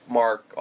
mark